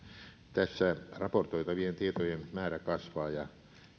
tässä raportoitavien tietojen määrä kasvaa ja